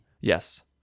Yes